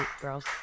girls